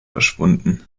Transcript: verschwunden